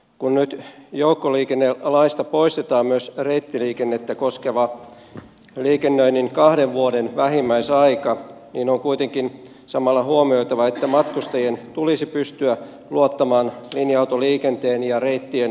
kun nyt joukkoliikennelaista poistetaan myös reittiliikennettä koskeva liikennöinnin kahden vuoden vähimmäisaika on kuitenkin samalla huomioitava että matkustajien tulisi pystyä luottamaan linja autoliikenteen ja reittien jatkuvuuteen